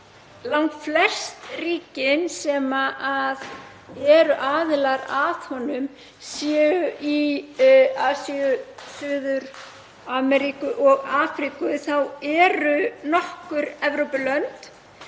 langflest ríkin sem eru aðilar að honum séu í Asíu, Suður-Ameríku og Afríku eru nokkur Evrópulönd